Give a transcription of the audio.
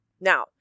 Now